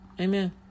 Amen